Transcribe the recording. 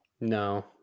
No